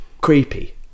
creepy